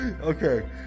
Okay